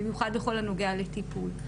במיוחד בכל הנוגע לטיפול.